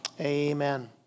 Amen